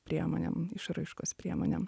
priemonėm išraiškos priemonėm